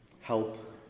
Help